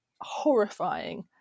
horrifying